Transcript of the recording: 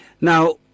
Now